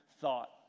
thought